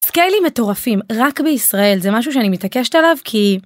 סקיילים מטורפים, רק בישראל, זה משהו שאני מתעקשת עליו כי...